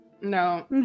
No